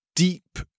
deep